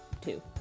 two